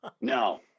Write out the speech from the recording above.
No